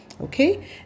Okay